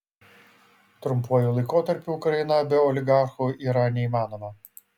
trumpuoju laikotarpiu ukraina be oligarchų yra neįmanoma